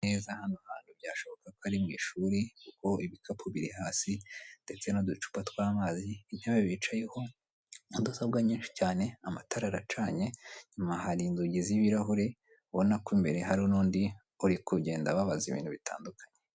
Neza hano hantu byashoboka ko ari mu ishuri, kuko ibikapu biri hasi ndetse n'uducupa tw'amazi, intebe bicayeho mudasobwa nyinshi cyane, amatara aracanye, inyuma hari inzugi z'ibirahuri, ubona ko imbere hari n'undi uri kugenda ababaza ibibazo bigiye bitandukanye.